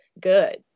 good